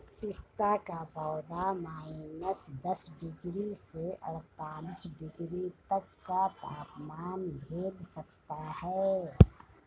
पिस्ता का पौधा माइनस दस डिग्री से अड़तालीस डिग्री तक का तापमान झेल सकता है